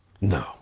No